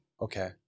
Okay